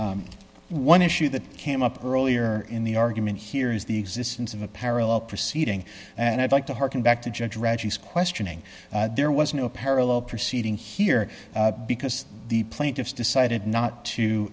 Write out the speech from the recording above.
any one issue that came up earlier in the argument here is the existence of a parallel proceeding and i'd like to hearken back to judge reggie questioning there was no parallel proceeding here because the plaintiffs decided not to